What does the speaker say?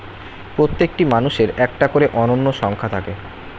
প্রত্যেকটি মানুষের একটা করে অনন্য সংখ্যা থাকে